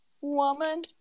Woman